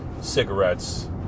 Cigarettes